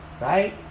Right